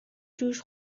جوش